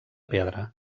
pedra